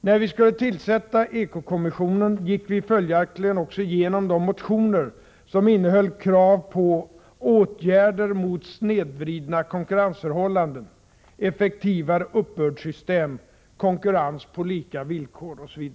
När vi skulle tillsätta eko-kommissionen gick vi följaktligen också igenom de motioner som innehöll krav på ”åtgärder mot snedvridna konkurrensförhållanden”, ”effektivare uppbördssystem”, ”konkurrens på lika villkor” osv.